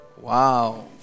Wow